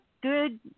good